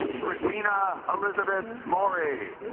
christina elizabeth maury